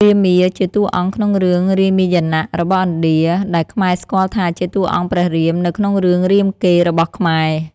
រាមា ជាតួអង្គក្នុងរឿងរាមយណៈរបស់ឥណ្ឌា ដែលខ្មែរស្គាល់ថាជាតួអង្គព្រះរាម នៅក្នុងរឿងរាមកេរ្តិ៍របស់ខ្មែរ។